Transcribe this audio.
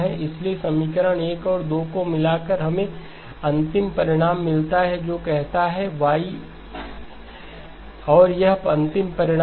इसलिए समीकरण 1 और 2 को मिलाकर हमें अंतिम परिणाम मिलता है जो कहता हैY n m−∞XmhMn−mL और यह अंतिम परिणाम है